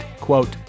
quote